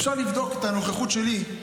אפשר לבדוק את הנוכחות שלי,